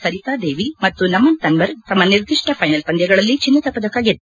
ಸರಿತಾ ದೇವಿ ಮತ್ತು ನಮನ್ ತನ್ನರ್ ತಮ್ನ ನಿರ್ದಿಷ್ನ ಫ್ಲೆನಲ್ ಪಂದ್ಲಗಳಲ್ಲಿ ಚಿನ್ನದ ಪದಕ ಗೆದ್ದುಕೊಂಡಿದ್ದಾರೆ